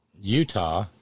Utah